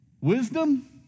Wisdom